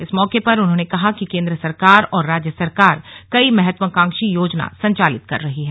इस मौके पर उन्होंने कहा कि केन्द्र सरकार और राज्य सरकार कई महत्वाकांक्षी योजना संचालित कर रही है